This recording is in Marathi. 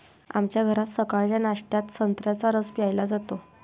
आमच्या घरात सकाळच्या नाश्त्यात संत्र्याचा रस प्यायला जातो